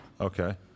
Okay